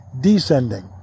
descending